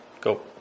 Go